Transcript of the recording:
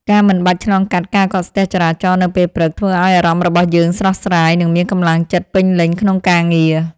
ការមិនបាច់ឆ្លងកាត់ការកកស្ទះចរាចរណ៍នៅពេលព្រឹក ធ្វើឱ្យអារម្មណ៍របស់យើងស្រស់ស្រាយ និងមានកម្លាំងចិត្តពេញលេញក្នុងការងារ។